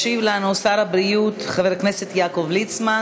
ישיב לנו שר הבריאות חבר הכנסת יעקב ליצמן.